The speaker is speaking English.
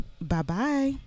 bye-bye